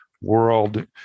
world